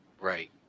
right